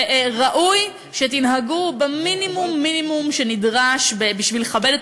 וראוי שתנהגו במינימום המינימום שנדרש בשביל לכבד את